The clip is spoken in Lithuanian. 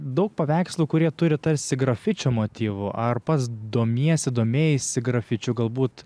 daug paveikslų kurie turi tarsi grafičio motyvų ar pats domiesi domėjaisi grafičiu galbūt